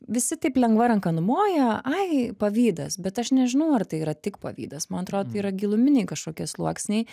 visi taip lengva ranka numoja ai pavydas bet aš nežinau ar tai yra tik pavydas man atrodo tai yra giluminiai kažkokie sluoksniai